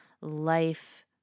life